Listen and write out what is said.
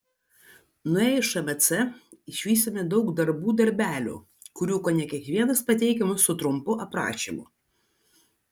nuėję į šmc išvysime daug darbų darbelių kurių kone kiekvienas pateikiamas su trumpu aprašymu